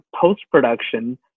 post-production